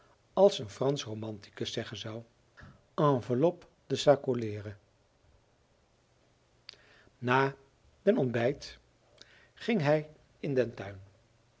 als een fransch romanticus zeggen zou enveloppé de sa colère na den ontbijt ging hij in den tuin